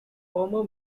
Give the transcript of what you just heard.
former